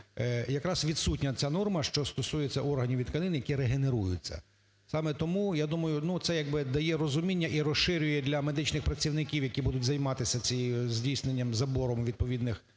якраз відсутня ця норма, що стосується органів і тканин, які регенеруються. Саме тому я думаю, ну, це якби дає розуміння і розширює для медичних працівників, які будуть займатися цим здійсненням, забором відповідних